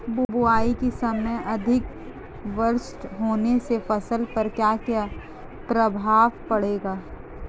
बुआई के समय अधिक वर्षा होने से फसल पर क्या क्या प्रभाव पड़ेगा?